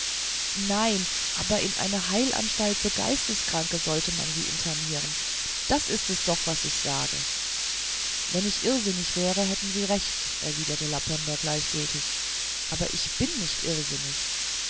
nein aber in einer heilanstalt für geisteskranke sollte man sie internieren das ist es doch was ich sage wenn ich irrsinnig wäre hätten sie recht erwiderte laponder gleichmütig aber ich bin nicht irrsinnig